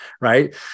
right